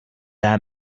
they